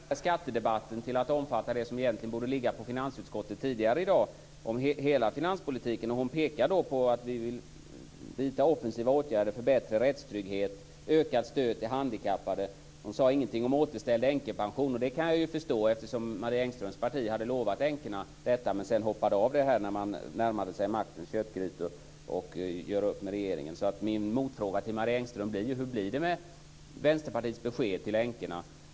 Fru talman! Jag är mycket glad över att Marie Engström utvidgade denna skattedebatt till att omfatta det som egentligen borde ha tagits upp tidigare i dag om hela finanspolitiken. Hon pekade på att vi vill vidta offensiva åtgärder, förbättra rättstryggheten och öka stödet till handikappade. Hon sade ingenting om att återställa änkepensionerna, och det kan jag förstå, eftersom Marie Engströms parti hade lovat änkorna detta men sedan hoppade av det när man närmade sig maktens köttgrytor och började göra upp med regeringen. Min motfråga till Marie Engström blir: Hur blir det med Vänsterpartiets besked till änkorna?